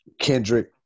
Kendrick